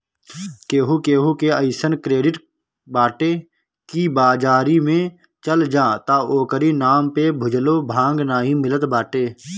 केहू केहू के अइसन क्रेडिट बाटे की बाजारी में चल जा त ओकरी नाम पे भुजलो भांग नाइ मिलत बाटे